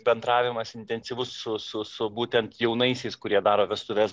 bendravimas intensyvus su su su būtent jaunaisiais kurie daro vestuves